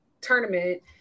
tournament